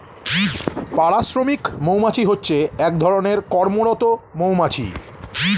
পাড়া শ্রমিক মৌমাছি হচ্ছে এক ধরণের কর্মরত মৌমাছি